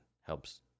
helps